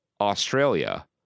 Australia